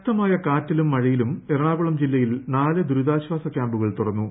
ശക്തമായ കാറ്റിലും മഴയിലും എറണാകുളം ജില്ലയിൽ നാലു ദുരിതാശ്ചാസ കൃാമ്പുകൾ തുറന്നു